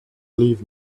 leave